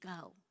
go